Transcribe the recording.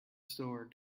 store